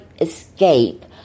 escape